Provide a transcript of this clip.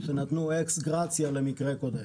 שנתנו אקסגרציה למקרה הקודם.